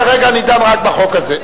כרגע אני דן רק בחוק הזה.